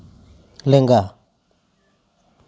ᱞᱮᱸᱜᱟ